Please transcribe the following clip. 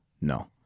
No